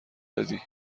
دادی